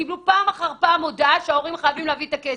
קיבלו פעם אחר פעם הודעה שההורים חייבים להביא את כסף,